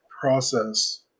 process